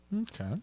Okay